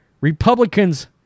Republicans